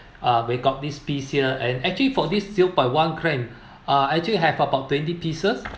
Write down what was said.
uh we got this piece here and actually for this zero point one gram uh actually have about twenty pieces